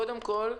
קודם כול,